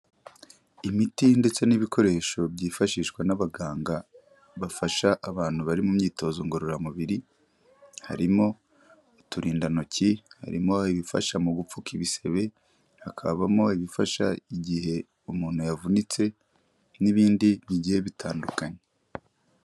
Imiti ndetse n'ibikoresho byifashishwa n'abaganga, bafasha abantu bari mu myitozo ngororamubiri harimo uturindantoki, harimo ibifasha mu gupfuka ibisebe, hakabamo ibifasha igihe umuntu yavunitse n'ibindi bigiye bitandukanye.